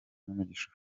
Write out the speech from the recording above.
n’imigisha